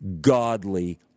godly